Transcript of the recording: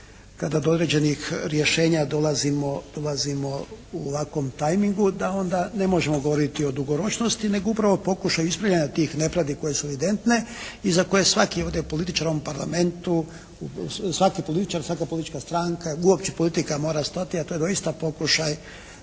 kada do određenih rješenja dolazimo u ovakvom tajmingu da onda ne možemo govoriti o dugoročnosti nego upravo o pokušaju ispravljanja tih nepravdi koje su evidentne i za koje svaki ovdje političar u ovom Parlamentu, svaki političar, svaka politička stranka, uopće politika mora stati a to je doista pokušaj